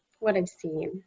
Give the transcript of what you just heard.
what i've seen.